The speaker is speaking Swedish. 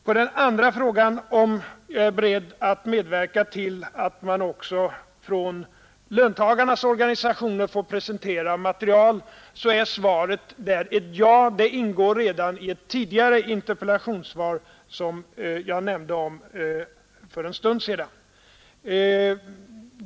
På den andra frågan, om jag är beredd att medverka till att man också från löntagarnas organisationer får presentera material, är svaret ett ja - det ingår redan i ett tidigare interpellationssvar, som jag nämnde för en stund sedan.